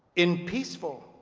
in peaceful,